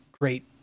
great